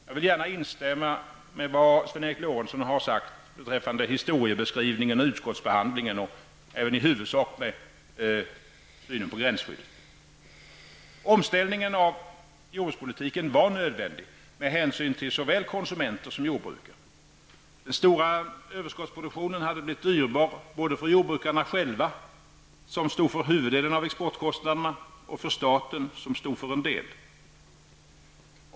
Jag vill instämma i vad Sven Eric Lorentzon har sagt beträffande historebeskrivningen och utskottsbehandlingen och i huvudsak även i synen på gränsskyddet. Omställningen av jordbrukspolitiken var nödvändig med hänsyn till såväl konsumenter som jordbrukare. Den stora överskottsproduktionen har de blivit dyrbar både för jordbrukarna själva, som stod för huvuddelen av exportkostnaderna, och för staten som stod för en del.